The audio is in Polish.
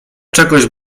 czegoś